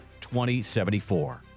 2074